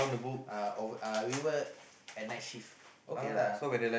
uh over uh we work at night shift okay lah